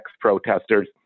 protesters